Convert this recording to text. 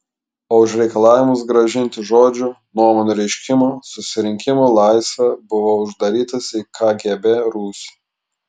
o už reikalavimus grąžinti žodžio nuomonių reiškimo susirinkimų laisvę buvau uždarytas į kgb rūsį